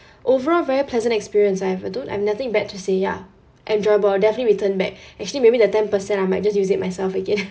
overall very pleasant experience I have a don't I have nothing bad to say ya enjoyable definitely return back actually maybe the ten percent I might just use it myself again